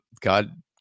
God